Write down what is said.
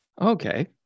Okay